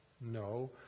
No